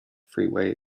freeway